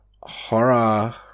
horror